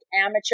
amateur